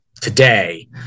today